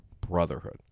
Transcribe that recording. Brotherhood